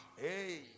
Hey